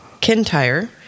Kintyre